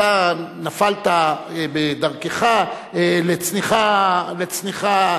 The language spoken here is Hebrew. אתה נפלת בדרכך לצניחה,